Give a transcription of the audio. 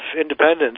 Independence